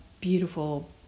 beautiful